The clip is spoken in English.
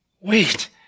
wait